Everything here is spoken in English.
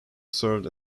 served